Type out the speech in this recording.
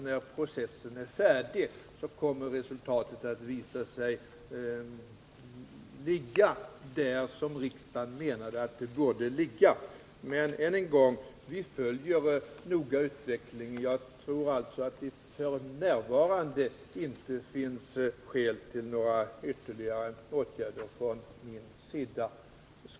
När processen är färdig tror jag att det kommer att visa sig att taxeringsvärdena ligger där riksdagen menade att de borde ligga. Men än en gång: Vi följer utvecklingen noga. Jag tror inte att det f. n. finns skäl till ytterligare åtgärder från min sida.